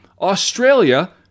Australia